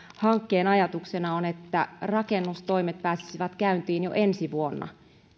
hankkeen ajatuksena on että rakennustoimet pääsisivät käyntiin jo ensi vuonna